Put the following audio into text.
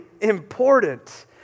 important